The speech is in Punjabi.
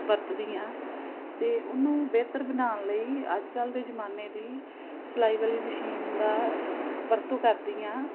ਵਰਤਦੀ ਹਾਂ ਅਤੇ ਉਹਨੂੰ ਬਿਹਤਰ ਬਣਾਉਣ ਲਈ ਅੱਜ ਕੱਲ੍ਹ ਦੇ ਜ਼ਮਾਨੇ ਦੀ ਸਿਲਾਈ ਵਾਲੀ ਮਸ਼ੀਨ ਦਾ ਵਰਤੋਂ ਕਰਦੀ ਹਾਂ